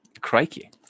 Crikey